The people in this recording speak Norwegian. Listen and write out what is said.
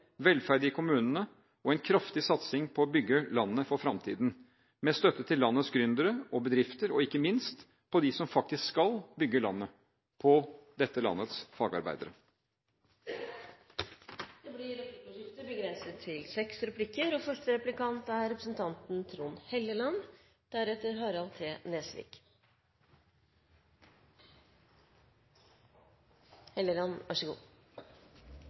velferd i kommunene – og en kraftig satsing på å bygge landet for fremtiden, med støtte til landets gründere og bedrifter og ikke minst dem som faktisk skal bygge landet: dette landets fagarbeidere. Det blir replikkordskifte, begrenset til seks replikker. Det er litt vanskelig å få tak på hva representanten